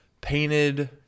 painted